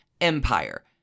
empire